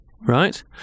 right